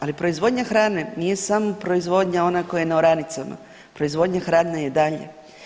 Ali proizvodnja hrane nije samo proizvodnja ona koja je na oranicama, proizvodnja hrane je dalje.